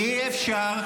אי-אפשר.